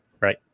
Right